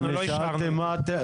לא אישרנו.